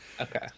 okay